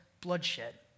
bloodshed